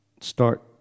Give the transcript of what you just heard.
Start